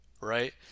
right